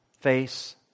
face